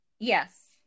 Yes